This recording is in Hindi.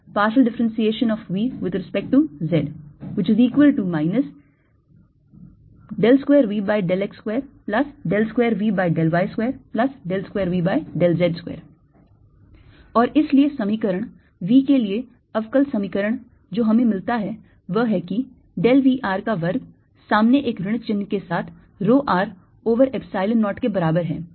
E V E0 Eρ0 or 2Vρ0 V x∂xy∂yz∂zx∂V∂xy∂V∂yz∂V∂z 2Vx22Vy22Vz2 और इसलिए समीकरण V के लिए अवकल समीकरण जो हमें मिलता है वह है कि del V r का वर्ग सामने एक ऋण चिह्न के साथ rho r over epsilon 0 के बराबर है